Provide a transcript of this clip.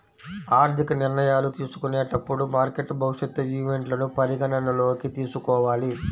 ఆర్థిక నిర్ణయాలు తీసుకునేటప్పుడు మార్కెట్ భవిష్యత్ ఈవెంట్లను పరిగణనలోకి తీసుకోవాలి